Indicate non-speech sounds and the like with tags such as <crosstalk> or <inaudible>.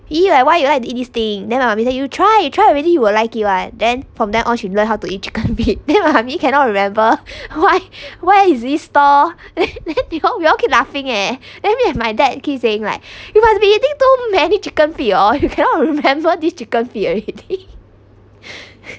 !ee! like why you like to eat this thing then my mummy say you try you try already you will like it [one] then from then on she learned how to eat the chicken feet then my mummy cannot remember why why is this stall <laughs> then then we all keep laughing eh then me and my dad keep saying like you must be eating too many chicken feet hor you cannot remember this chicken feet already <laughs>